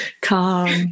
Calm